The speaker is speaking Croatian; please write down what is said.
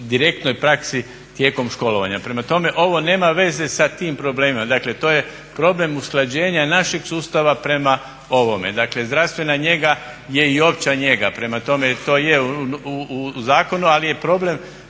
direktnoj praksi tijekom školovanja. Prema tome ovo nema veze sa tim problemima, dakle to je problem našeg usklađenja našeg sustava prema ovome. Dakle zdravstvena njega je i opća njega prema tome to je u zakonu, ali je problem